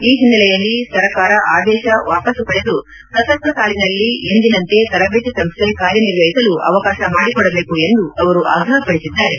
ಈ ಹಿನ್ನೆಲೆಯಲ್ಲಿ ಸರ್ಕಾರ ಆದೇಶ ವಾಪಸ್ಲು ಪಡೆದು ಪ್ರಸಕ್ತ ಸಾಲಿನಲ್ಲಿ ಎಂದಿನಂತೆ ತರಬೇತಿ ಸಂಸ್ಥೆ ಕಾರ್ಯನಿರ್ವಹಿಸಲು ಅವಕಾಶ ಮಾಡಿಕೊಡಬೇಕು ಎಂದು ಅವರು ಆಗ್ರಹ ಪಡಿಸಿದ್ದಾರೆ